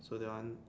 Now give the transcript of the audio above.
so that one